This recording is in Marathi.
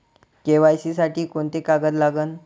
के.वाय.सी साठी कोंते कागद लागन?